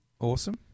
Awesome